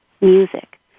music